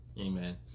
amen